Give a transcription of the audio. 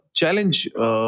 challenge